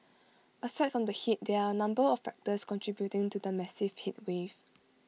aside from the heat there are A number of factors contributing to the massive heatwave